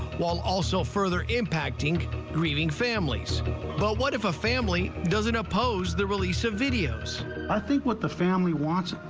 while also further impacting grieving families but what if a family doesn't oppose the release of videos i think what the family wants.